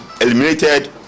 eliminated